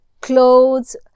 clothes